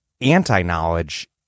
anti-knowledge